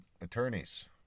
attorneys